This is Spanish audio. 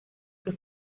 que